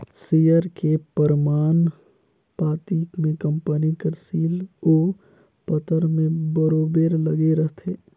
share के परमान पाती में कंपनी कर सील ओ पतर में बरोबेर लगे रहथे